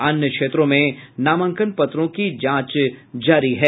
अन्य क्षेत्रों में नामांकन पत्रों की जांच जारी है